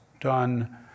done